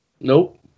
Nope